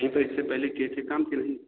देखो इससे पहले कैसे काम करें